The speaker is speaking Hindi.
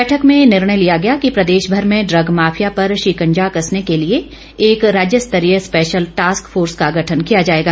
बैठक में निर्णय लिया गया कि प्रदेशभर में ड्रग माफिया पर शिकंजा कसने के लिए एक राज्य स्तरीय स्पैशल टास्क फोर्स का गठन किया जाएगा